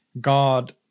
god